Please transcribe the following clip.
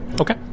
okay